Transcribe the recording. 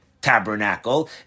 tabernacle